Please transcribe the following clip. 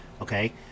Okay